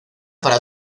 para